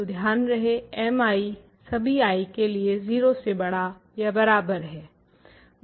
तो ध्यान रहे mi सभी i के लिए 0 से बड़ा या बराबर है